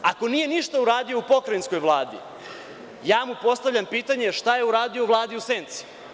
Ako nije ništa uradio u Pokrajinskoj vladi, postavljam mu pitanje šta je uradio u vladi u senci?